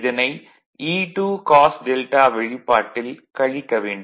இதனை E2 cos δ வெளிப்பாட்டில் கழிக்க வேண்டும்